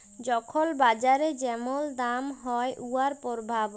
যখল বাজারে যেমল দাম হ্যয় উয়ার পরভাব